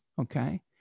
okay